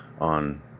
on